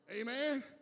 Amen